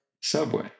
Subway